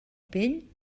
pell